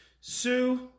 Sue